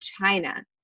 China